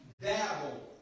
dabble